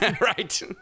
Right